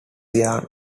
yarn